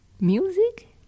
music